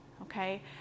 okay